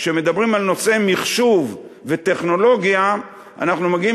כשמדברים על נושא מחשוב וטכנולוגיה אנחנו מגיעים